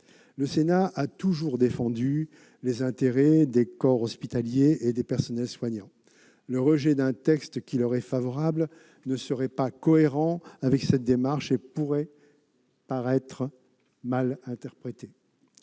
Le Sénat a toujours défendu les intérêts des corps hospitaliers et des personnels soignants. Le rejet d'un texte qui leur est favorable ne serait pas cohérent avec cette démarche et pourrait être mal interprété.